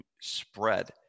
spread